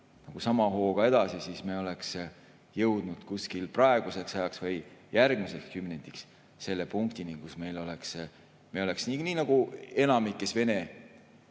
sama hooga edasi, siis me oleks jõudnud kas praeguseks ajaks või järgmiseks kümnendiks selle punktini, kus meil oleks [olukord] nagu enamikus Vene